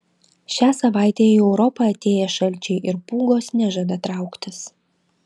šią savaitę į europą atėję šalčiai ir pūgos nežada trauktis